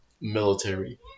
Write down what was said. military